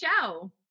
show